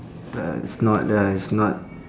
uh it's not the it's not